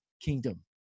kingdom